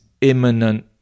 imminent